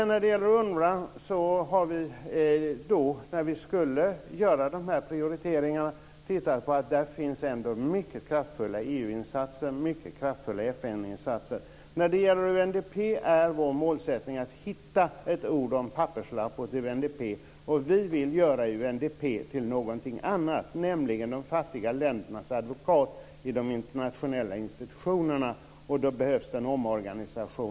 När det gäller UNRWA har vi, när vi skulle göra de här prioriteringarna, sett på att där ändå finns mycket kraftfulla EU-insatser och mycket kraftfulla När det gäller UNDP är vår målsättning att hitta ett ord och en papperslapp åt UNDP, och vi vill göra UNDP till någonting annat, nämligen de fattiga ländernas advokat i de internationella institutionerna. Då behövs det en omorganisation.